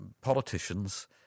politicians